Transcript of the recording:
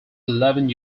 eleven